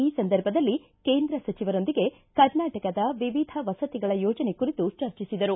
ಈ ಸಂದರ್ಭದಲ್ಲಿ ಕೇಂದ್ರ ಸಚಿವರೊಂದಿಗೆ ಕರ್ನಾಟಕದ ವಿವಿಧ ವಸತಿಗಳ ಯೋಜನೆ ಕುರಿತು ಚರ್ಚಿಸಿದರು